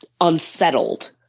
unsettled